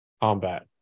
combat